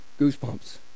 goosebumps